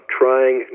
trying